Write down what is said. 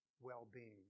well-being